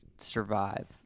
survive